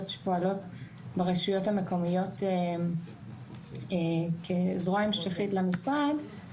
שפועלות ברשויות המקומיות כזרוע המשכית למשרד,